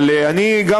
אבל אני גם